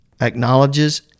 acknowledges